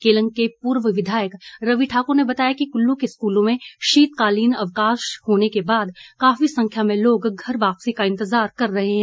केलंग के पूर्व विधायक रवि ठाकुर ने बताया कि कल्लू के स्कूलों में शीतकालीन अवकाश होने के बाद काफी संख्या में लोग घर वापसी का इंतजार कर रहे हैं